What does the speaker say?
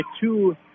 two